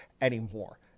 anymore